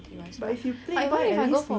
his personality wise right